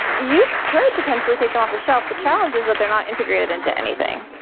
you could potentially take them off the shelf. the challenge is that they're not integrated into anything.